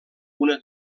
una